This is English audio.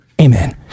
Amen